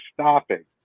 stopping